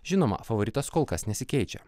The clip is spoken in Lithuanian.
žinoma favoritas kol kas nesikeičia